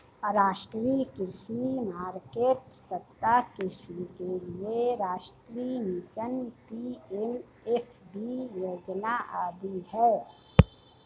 राष्ट्रीय कृषि मार्केट, सतत् कृषि के लिए राष्ट्रीय मिशन, पी.एम.एफ.बी योजना आदि है